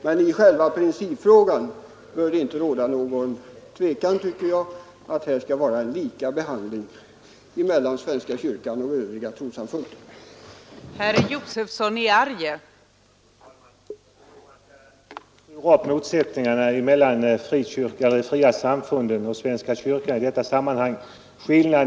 Men i själva principfrågan bör det inte råda någon tvekan om att det skall vara en lika behandling mellan svenska kyrkan och övriga trossamfund i skattehänseende.